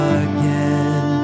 again